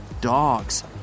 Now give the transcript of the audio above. dogs